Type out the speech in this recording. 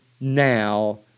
now